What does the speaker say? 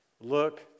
Look